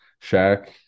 Shaq